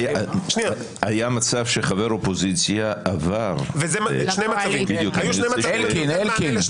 היה מצב שחבר אופוזיציה עבר -- אלקין בזמנו.